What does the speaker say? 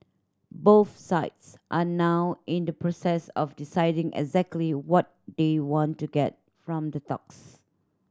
both sides are now in the process of deciding exactly what they want to get from the talks